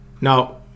Now